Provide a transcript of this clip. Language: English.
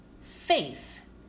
faith